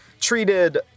treated